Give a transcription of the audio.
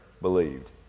believed